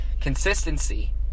consistency